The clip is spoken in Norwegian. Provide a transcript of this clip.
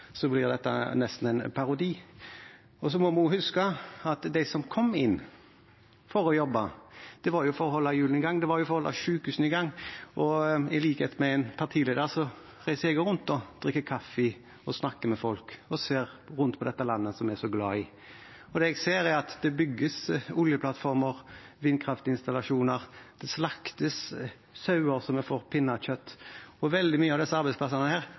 blir dette nesten en parodi. Vi må også huske at de som kom inn for å jobbe, gjorde det for å holde hjulene i gang. Det var jo for å holde sykehusene i gang. I likhet med en partileder reiser jeg rundt og drikker kaffe og snakker med folk og ser på dette landet jeg er så glad i. Det jeg ser, er at det bygges oljeplattformer og vindkraftinstallasjoner, det slaktes sauer så vi får pinnekjøtt, og veldig mange av disse arbeidsplassene